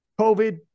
COVID